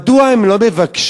מדוע הם לא מבקשים,